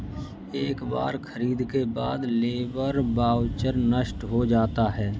एक बार खरीद के बाद लेबर वाउचर नष्ट हो जाता है